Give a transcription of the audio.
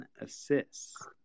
assists